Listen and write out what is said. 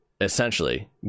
essentially